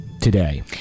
today